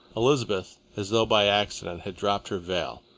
elizabeth, as though by accident, had dropped her veil.